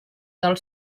del